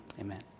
Amen